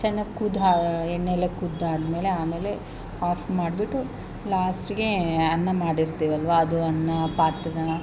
ಚೆನ್ನಾಗಿ ಕುದ್ದಾ ಎಣ್ಣೆಲೆ ಕುದ್ದಾದಮೇಲೆ ಆಮೇಲೆ ಆಫ್ ಮಾಡಿಬಿಟ್ಟು ಲಾಸ್ಟಿಗೆ ಅನ್ನ ಮಾಡಿರ್ತೀವಲ್ವ ಅದು ಅನ್ನ ಪಾತ್ರೆನ